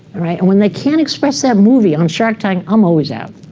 and when they can't express that movie on shark tank, i'm always out.